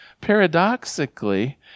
paradoxically